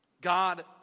God